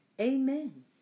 Amen